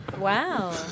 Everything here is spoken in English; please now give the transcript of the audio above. Wow